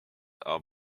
are